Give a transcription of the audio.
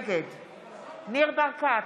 נגד ניר ברקת,